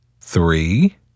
three